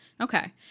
Okay